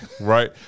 Right